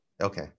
Okay